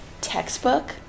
textbook